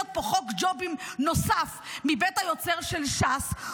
פה חוק ג'ובים נוסף מבית היוצר של ש"ס.